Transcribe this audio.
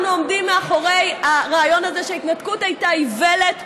אנחנו עומדים מאחורי הרעיון הזה שההתנתקות הייתה איוולת פוליטית.